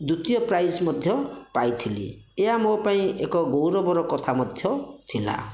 ଦ୍ୱତୀୟ ପ୍ରାଇଜ୍ ମଧ୍ୟ ପାଇଥିଲି ଏହା ମୋ ପାଇଁ ଏକ ଗୌରବର କଥା ମଧ୍ୟ ଥିଲା